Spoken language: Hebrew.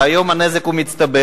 והיום הנזק הוא מצטבר,